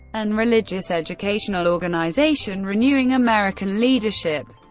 and religious educational organization renewing american leadership.